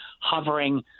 hovering